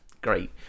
great